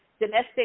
domestic